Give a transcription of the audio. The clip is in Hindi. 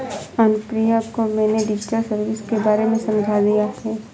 अनुप्रिया को मैंने डिजिटल सर्विस के बारे में समझा दिया है